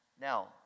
Now